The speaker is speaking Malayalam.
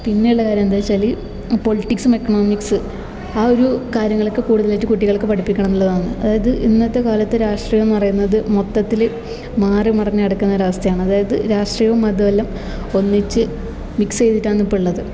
പിന്നെയുള്ള കാര്യം എന്താവെച്ചാല് പൊളിറ്റിക്സും എക്കണോമിക്സ് ആ ഒരു കാര്യങ്ങളൊക്കെ കൂടുതലായിട്ട് കുട്ടികൾക്ക് പഠിപ്പിക്കണം എന്നുള്ളതാണ് അതായത് ഇന്നത്തെ കാലത്ത് രാഷ്ട്രീയമെന്ന് പറയുന്നത് മൊത്തത്തിൽ മാറിമറിഞ്ഞു കിടക്കുന്ന ഒരവസ്ഥയാണ് അതായത് രാഷ്ട്രീയവും മതവുമെല്ലാം ഒന്നിച്ച് മിക്സ് ചെയ്തിട്ടാണ് ഇപ്പോഴുള്ളത്